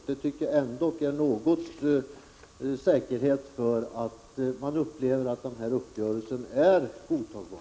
Det är ändå någon garanti för att uppgörelsen upplevs som godtagbar.